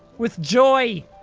with joy.